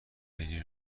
بری